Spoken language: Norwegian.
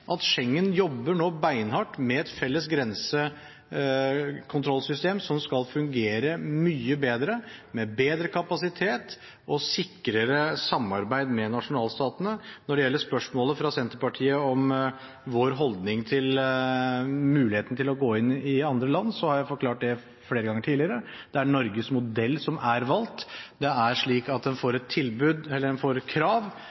at Schengen jobber nå beinhardt med et felles grensekontrollsystem som skal fungere mye bedre, med bedre kapasitet og sikrere samarbeid med nasjonalstatene. Når det gjelder spørsmålet fra Senterpartiet om vår holdning til muligheten til å gå inn i andre land, har jeg forklart det flere ganger tidligere. Det er Norges modell som er valgt. Det er slik at en får krav,